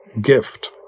gift